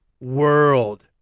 World